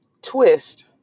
Twist